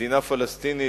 מדינה פלסטינית,